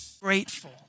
grateful